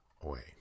away